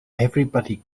everybody